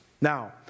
Now